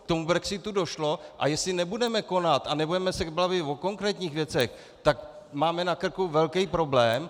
K tomu brexitu došlo, a jestli nebudeme konat a nebudeme se bavit o konkrétních věcech, tak máme na krku velký problém.